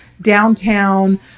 downtown